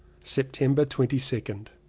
september twenty second.